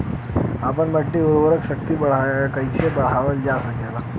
आपन माटी क उर्वरा शक्ति कइसे बढ़ावल जा सकेला?